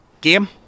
game